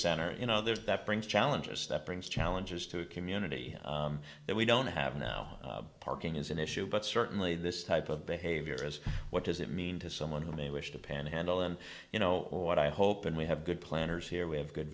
center in others that brings challenges that brings challenges to a community that we don't have now parking is an issue but certainly this type of behavior is what does it mean to someone who may wish to panhandle and you know what i hope and we have good planners here we have good